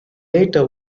later